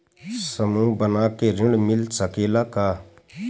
समूह बना के ऋण मिल सकेला का?